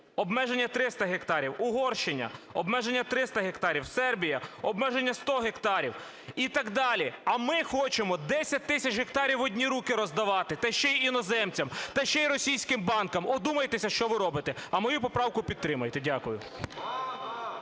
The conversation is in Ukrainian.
обмеження 300 гектарів, Угорщина – обмеження 300 гектарів, Сербія – обмеження 100 гектарів і так далі. А ми хочемо 10 тисяч гектарів в одні руки роздавати та ще й іноземцям, та ще і російським банкам. Одумайтеся, що ви робите, а мою поправку підтримайте. Дякую.